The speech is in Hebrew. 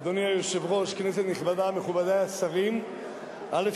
אדוני היושב-ראש, כנסת נכבדה, מכובדי השרים, א.